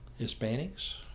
Hispanics